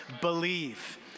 believe